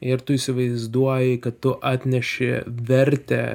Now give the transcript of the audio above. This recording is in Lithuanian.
ir tu įsivaizduoji kad tu atneši vertę